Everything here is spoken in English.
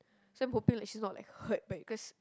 so I'm hoping like she's not like hurt but because